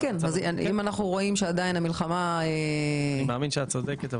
אם רואים שהמלחמה נמשכת --- אני מאמין שאת צודקת,